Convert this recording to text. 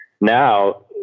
now